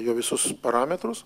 jo visus parametrus